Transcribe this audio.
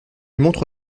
montre